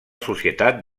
societat